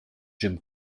jim